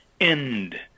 end